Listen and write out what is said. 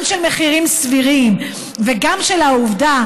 גם של מחירים סבירים וגם של העובדה